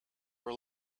were